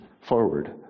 forward